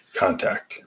contact